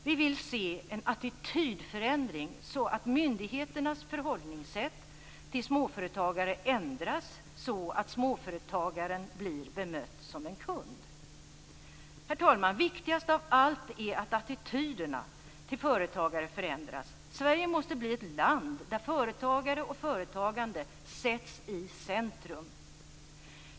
Vi vill se en attitydförändring så att myndigheternas förhållningssätt inför småföretagare ändras så att småföretagaren blir bemött som en kund. Herr talman! Viktigast av allt är att attityderna till företagare förändras. Sverige måste bli ett land där företagare och företagande sätts i centrum.